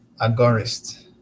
agorist